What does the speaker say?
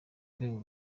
rwego